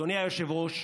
אדוני היושב-ראש,